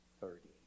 thirty